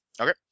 Okay